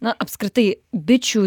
na apskritai bičių